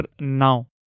now